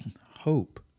hope